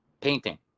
painting